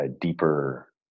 deeper